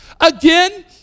Again